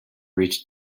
reached